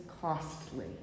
costly